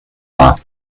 war